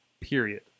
Period